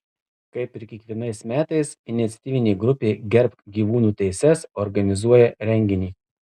kaip ir kiekvienais metais iniciatyvinė grupė gerbk gyvūnų teises organizuoja renginį